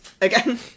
again